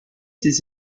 ses